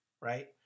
Right